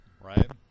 Right